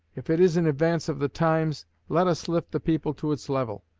if it is in advance of the times, let us lift the people to its level.